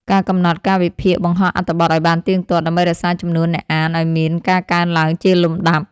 ការកំណត់កាលវិភាគបង្ហោះអត្ថបទឱ្យបានទៀងទាត់ ដើម្បីរក្សាចំនួនអ្នកអានឱ្យមានការកើនឡើងជាលំដាប់។